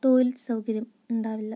toilet സൗകര്യം ഉണ്ടാവില്ല